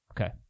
Okay